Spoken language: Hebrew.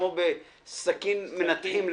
כמו בסכין מנתחים.